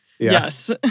Yes